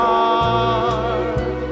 Heart